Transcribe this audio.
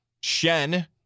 Shen